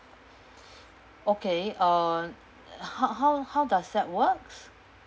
okay uh h~ how how does that works